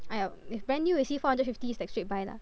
!aiyo! if brand new we see four hundred fifty is like straight buy lah